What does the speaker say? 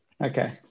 Okay